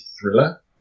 thriller